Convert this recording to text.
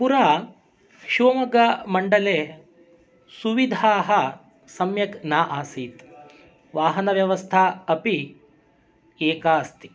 पुरा शिवमोग्गामण्डले सुविधाः सम्यक् न आसीत् वाहनव्यवस्था अपि एका अस्ति